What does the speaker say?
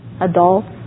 adults